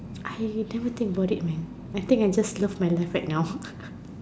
I never think about it man I think I just love my life right now